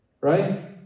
Right